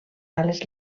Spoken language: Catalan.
ales